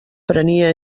prenia